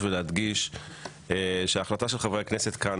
ולהדגיש שההחלטה של חברי הכנסת כאן